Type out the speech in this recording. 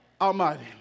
Almighty